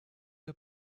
der